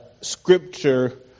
scripture